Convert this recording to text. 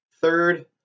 Third